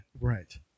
right